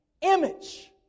image